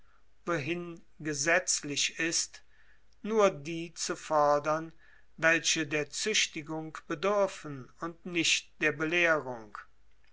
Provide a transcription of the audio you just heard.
wohin gesetzlich ist nur die zu fordern welche der züchtigung bedürfen und nicht der belehrung